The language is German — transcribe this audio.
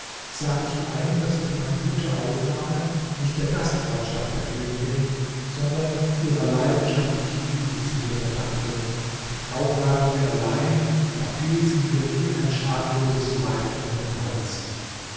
sah ich ein daß ich meine gute aufnahme nicht der gastfreundschaft der königin sondern ihrer leidenschaftlichen liebe zu mir verdankte denn kaum waren wir allein da fiel sie mir wie ein schamloses weib um den hals